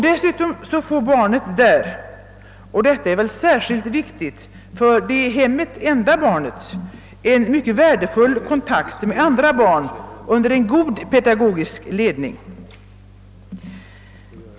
Dessutom får barnet där — och detta är väl särskilt viktigt för det i hemmet enda barnet — en mycket värdefull kontakt med andra barn under god pedagogisk ledning.